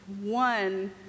one